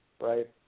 right